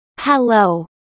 Hello